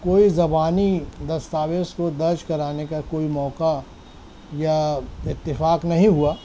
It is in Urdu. کوئی زبانی دستاویز کو درج کرانے کا کوئی موقع یا اتفاق نہیں ہوا